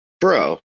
Bro